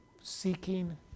seeking